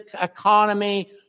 economy